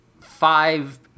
five